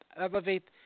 Elevate